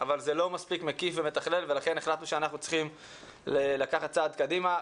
אבל זה לא מספיק מקיף ומתכלל ולכן החלטנו שאנחנו צריכים לקחת צעד קדימה.